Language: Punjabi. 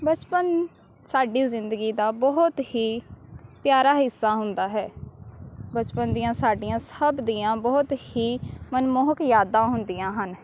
ਬਚਪਨ ਸਾਡੀ ਜ਼ਿੰਦਗੀ ਦਾ ਬਹੁਤ ਹੀ ਪਿਆਰਾ ਹਿੱਸਾ ਹੁੰਦਾ ਹੈ ਬਚਪਨ ਦੀਆਂ ਸਾਡੀਆਂ ਸਭ ਦੀਆਂ ਬਹੁਤ ਹੀ ਮਨਮੋਹਕ ਯਾਦਾਂ ਹੁੰਦੀਆਂ ਹਨ